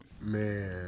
Man